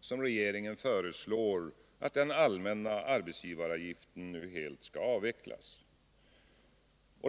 som regeringen föreslår att den allmänna arbetsgivaravgiften nu helt skall avvecklas.